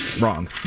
Wrong